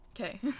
Okay